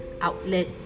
outlet